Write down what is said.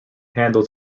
handled